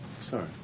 Sorry